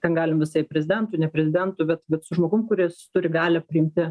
ten galim visaip prezidentu ne prezidentu bet vat su žmogum kuris turi galią priimti